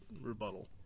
rebuttal